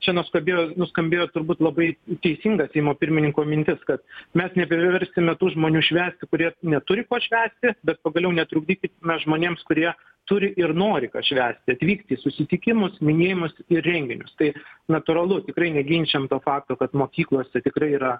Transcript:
čia nuskambėjo nuskambėjo turbūt labai teisinga seimo pirmininko mintis kad mes nepriversime tų žmonių švęsti kurie neturi ko švęsti bet pagaliau netrukdykime žmonėms kurie turi ir nori ką švęsti atvykti į susitikimus minėjimus ir renginius tai natūralu tikrai neginčijam to fakto kad mokyklose tikrai yra